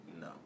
no